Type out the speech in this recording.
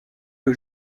que